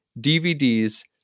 DVDs